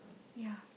ya